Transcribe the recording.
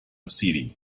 city